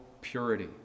purity